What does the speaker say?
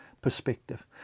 perspective